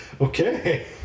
Okay